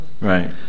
Right